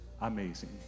Amazing